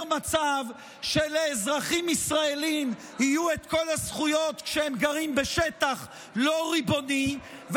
מצב שלאזרחים ישראלים יהיו כל הזכויות כשהם גרים בשטח לא ריבוני,